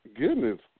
goodness